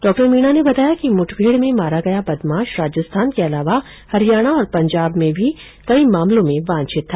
डॉ मीना ने बताया कि मुठभेड़ में मारा गया बदमाश राजस्थान के अलावा हरियाणा और पंजाब में भी कई मामलों में वॉंछित था